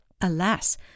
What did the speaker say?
Alas